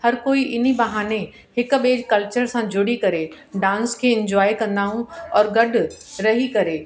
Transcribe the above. हर कोई हिन बहाने हिक ॿिएं जे कलचर सां जुड़ी करे डांस खे इंजॉए कंदा आहियूं और गॾु रही करे